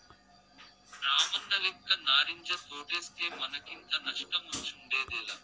రామన్నలెక్క నారింజ తోటేస్తే మనకింత నష్టమొచ్చుండేదేలా